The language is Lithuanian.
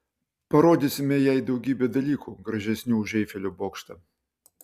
parodysime jai daugybę dalykų gražesnių už eifelio bokštą